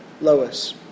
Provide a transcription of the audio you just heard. Lois